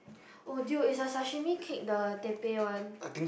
oh dude is the sashimi cake the Teppei one